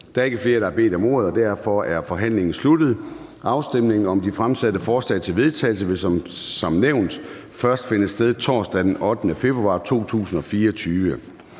Der er ikke flere, der har bedt om ordet, og derfor er forhandlingen sluttet. Afstemningen om de fremsatte forslag til vedtagelse vil som nævnt først finde sted torsdag den 8. februar 2024.